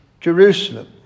Jerusalem